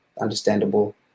understandable